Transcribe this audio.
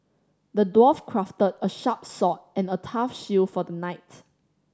the dwarf crafted a sharp sword and a tough shield for the knight